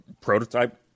prototype